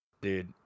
Dude